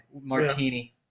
martini